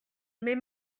mes